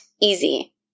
easy